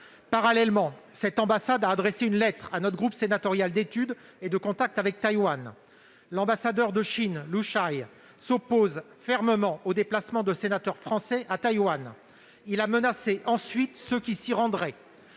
Parallèlement, cette ambassade a adressé une lettre à notre groupe sénatorial d'échanges et d'études avec Taïwan. L'ambassadeur de Chine Lu Shaye s'est fermement opposé au déplacement de sénateurs français à Taïwan et a menacé ceux qui s'y rendraient.